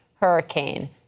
Hurricane